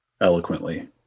eloquently